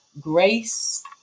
grace